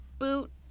boot